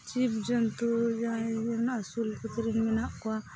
ᱡᱤᱵᱽᱼᱡᱚᱱᱛᱩ ᱡᱟᱦᱟᱸᱭ ᱨᱮᱱ ᱟᱹᱥᱩᱞ ᱥᱩᱠᱨᱤ ᱢᱮᱱᱟᱜ ᱠᱚᱣᱟ